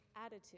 attitude